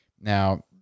now